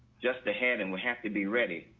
just a hand and we have to be ready.